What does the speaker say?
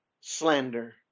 slander